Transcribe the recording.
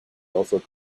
also